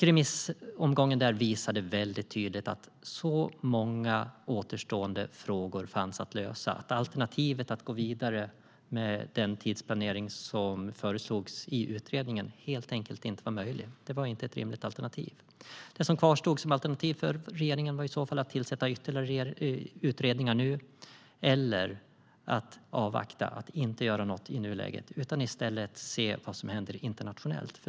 Remissomgången visade väldigt tydligt att så många återstående frågor fanns att lösa att alternativet att gå vidare med den tidsplanering som föreslogs i utredningen helt enkelt inte var möjlig. Det var inte ett rimligt alternativ. Det som kvarstod som alternativ för regeringen var i så fall att tillsätta ytterligare utredningar eller att avvakta och inte göra något i nuläget utan i stället se vad som händer internationellt.